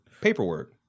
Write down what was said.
paperwork